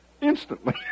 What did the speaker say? instantly